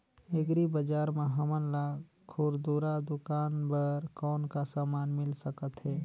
Agri बजार म हमन ला खुरदुरा दुकान बर कौन का समान मिल सकत हे?